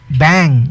bang